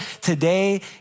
Today